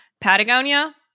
Patagonia